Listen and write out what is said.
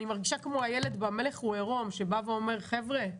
אני מרגישה כמו הילד במלך הוא עירום שבא ואומר: חבר'ה,